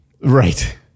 Right